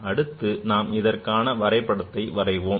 அடுத்து நாம் இதற்கான வரைபடத்தை பார்ப்போம்